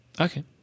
Okay